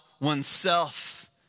oneself